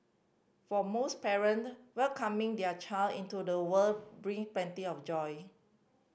for most parent welcoming their child into the world bring plenty of joy